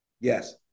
Yes